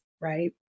right